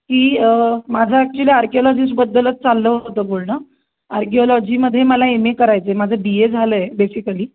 की माझं ॲक्च्युली आर्किओलॉजीसबद्दलच चाललं होतं बोलणं आर्किओलॉजीमध्ये मला एम ए करायचं आहे माझं बी ए झालं आहे बेसिकली